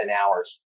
hours